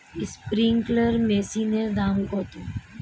Sprinkler মেশিনের দাম কত?